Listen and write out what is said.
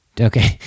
Okay